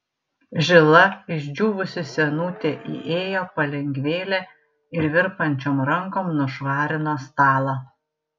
žila išdžiūvusi senutė įėjo palengvėle ir virpančiom rankom nušvarino stalą